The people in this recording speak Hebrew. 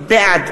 בעד